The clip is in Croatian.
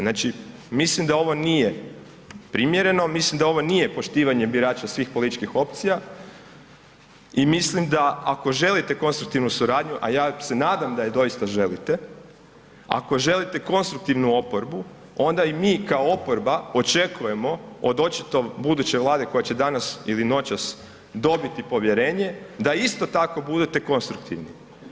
Znači, mislim da ovo nije primjereno, mislim da ovo nije poštivanje birača svih političkih opcija i mislim da ako želite konstruktivnu suradnju, a ja se nadam da je doista želite, ako želite konstruktivnu oporbu onda i mi kao oporba očekujemo, od očito buduće vlade koja će danas ili noćas dobiti povjerenje, da isto tako budete konstruktivni.